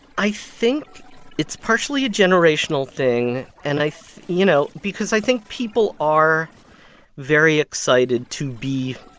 i think it's partially a generational thing. and i you know, because i think people are very excited to be,